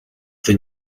the